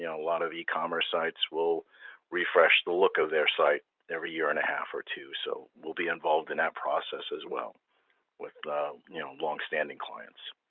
a lot of e-commerce sites will refresh the look of their site every year and a half or two. so we'll be involved in that process as well with longstanding clients.